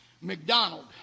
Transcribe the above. McDonald